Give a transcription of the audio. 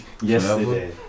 yesterday